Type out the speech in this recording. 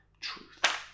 truth